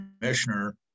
commissioner